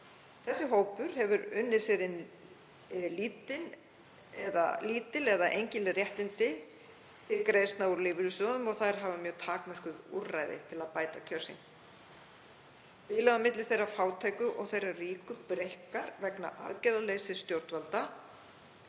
Þessi hópur hefur unnið sér inn lítil eða engin réttindi til greiðslna úr lífeyrissjóðum og þær hafa mjög takmörkuð úrræði til að bæta kjör sín. Bilið á milli þeirra fátæku og þeirra ríku breikkar vegna aðgerðaleysis stjórnvalda